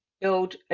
build